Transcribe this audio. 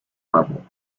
level